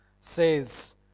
says